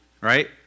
Right